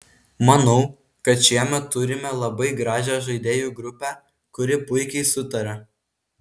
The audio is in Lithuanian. manau kad šiemet turime labai gražią žaidėjų grupę kuri puikiai sutaria